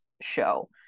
show